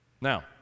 Now